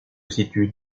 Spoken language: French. situe